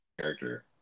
character